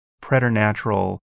preternatural